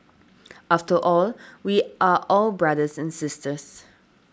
after all we are all brothers and sisters